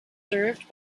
served